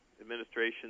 administration